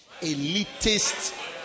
elitist